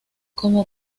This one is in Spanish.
como